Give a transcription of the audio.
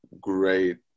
great